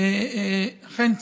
אכן,